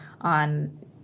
on